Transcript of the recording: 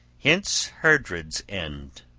hence heardred's end.